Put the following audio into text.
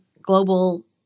Global